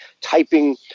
typing